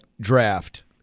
draft